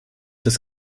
das